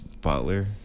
butler